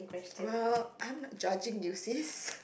!wow! I'm not judging you sis